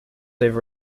over